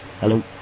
Hello